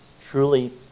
truly